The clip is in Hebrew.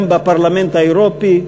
גם בפרלמנט האירופי,